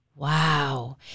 Wow